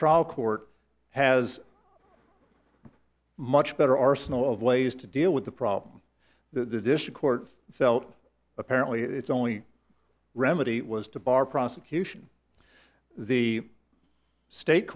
trial court has much better arsenal of lased to deal with the problem that the district court felt apparently it's only remedy was to bar prosecution the state